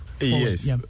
yes